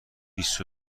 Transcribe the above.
بیست